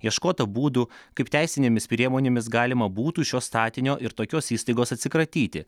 ieškota būdų kaip teisinėmis priemonėmis galima būtų šio statinio ir tokios įstaigos atsikratyti